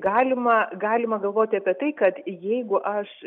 galima galima galvoti apie tai kad jeigu aš